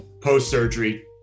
post-surgery